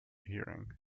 hearing